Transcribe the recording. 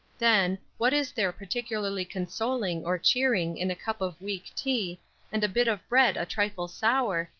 then, what is there particularly consoling or cheering in a cup of weak tea and a bit of bread a trifle sour,